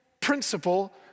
principle